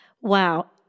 Wow